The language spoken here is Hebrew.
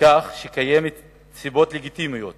שקיימות סיבות לגיטימיות